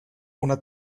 una